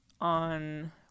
on